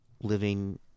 living